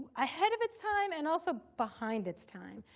ahead of its time and also behind its time.